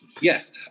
Yes